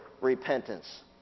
Repentance